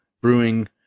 brewing